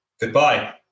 Goodbye